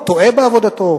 הוא טועה בעבודתו,